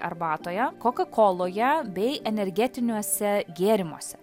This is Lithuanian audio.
arbatoje kokakoloje bei energetiniuose gėrimuose